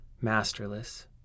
Masterless